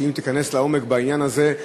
כי אם תיכנס לעומק בעניין הזה,